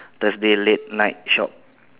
Thursday late night shop